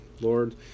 Lord